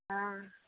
हँ